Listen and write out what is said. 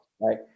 right